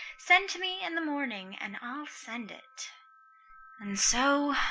send to me in the morning, and i'll send it and so,